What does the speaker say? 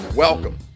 Welcome